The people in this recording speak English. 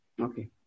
Okay